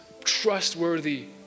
trustworthy